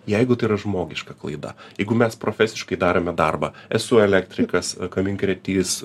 jeigu tai yra žmogiška klaida jeigu mes profesiškai darome darbą esu elektrikas kaminkrėtys